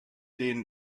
denen